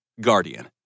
Guardian